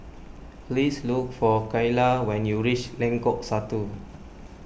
please look for Kyla when you reach Lengkok Satu